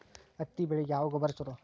ಹತ್ತಿ ಬೆಳಿಗ ಯಾವ ಗೊಬ್ಬರ ಛಲೋ?